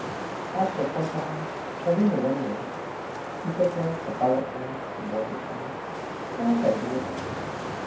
ᱟᱨ ᱪᱚᱯᱯᱚᱞ ᱠᱚᱦᱚᱸ ᱟᱹᱰᱤ ᱞᱚᱜᱚᱱ ᱜᱮ ᱯᱷᱤᱛᱟᱹ ᱠᱚ ᱛᱚᱯᱟᱜᱚᱜ ᱠᱟᱱᱟ ᱵᱚᱜᱚᱡᱚᱜ ᱠᱟᱱᱟ ᱠᱳᱱᱳ ᱴᱟᱭᱤᱰ ᱜᱮ ᱵᱟᱢ ᱧᱟᱢᱟ